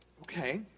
Okay